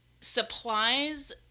supplies